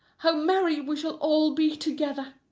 how merry we shall all be together!